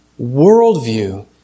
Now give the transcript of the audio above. worldview